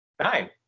Nine